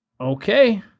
Okay